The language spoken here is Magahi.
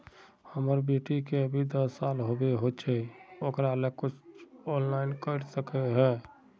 हमर बेटी के अभी दस साल होबे होचे ओकरा ले कुछ ऑनलाइन कर सके है?